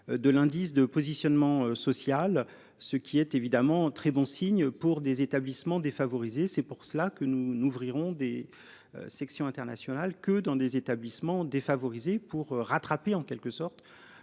De l'indice de positionnement social, ce qui est évidemment très bon signe pour des établissements défavorisés. C'est pour cela que nous n'ouvrirons des. Sections internationales que dans des établissements défavorisés pour rattraper en quelque sorte.